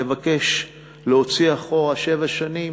לבקש להוציא אחורה שבע שנים,